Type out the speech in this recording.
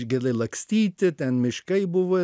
gali lakstyti ten miškai buvo